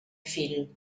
fill